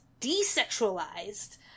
desexualized